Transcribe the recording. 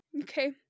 Okay